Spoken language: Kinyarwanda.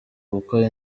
gukora